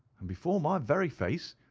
and before my very face,